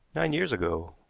nine years ago.